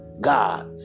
God